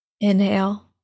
Inhale